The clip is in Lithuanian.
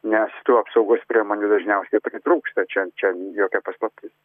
nes tų apsaugos priemonių dažniausiai pritrūksta čia čia jokia paslaptis